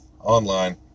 online